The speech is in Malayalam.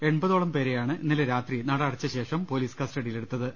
എൺപ തോളം പേരെയാണ് ഇന്നലെ രാത്രി നട അടച്ചശേഷം പൊലീസ് കസ്റ്റഡിയിലെടുത്തത്